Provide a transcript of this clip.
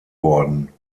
worden